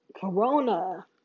Corona